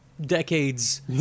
Decades